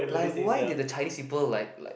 like why did the Chinese people like like